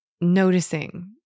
noticing